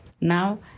Now